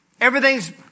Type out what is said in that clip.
Everything's